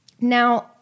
Now